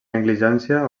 negligència